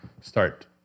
start